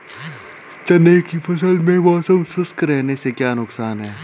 चने की फसल में मौसम शुष्क रहने से क्या नुकसान है?